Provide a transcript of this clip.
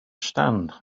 stand